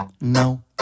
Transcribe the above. no